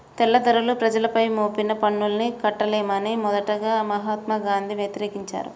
తెల్లదొరలు ప్రజలపై మోపిన పన్నుల్ని కట్టలేమని మొదటగా మహాత్మా గాంధీ వ్యతిరేకించారు